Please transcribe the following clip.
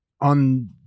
on